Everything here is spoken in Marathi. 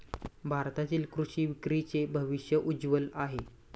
भारतातील कृषी विक्रीचे भविष्य उज्ज्वल आहे